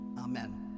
Amen